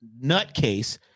nutcase